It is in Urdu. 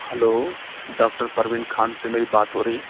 ہلو ڈاکٹر پروین خان سے میری بات ہو رہی